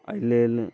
एहि लेल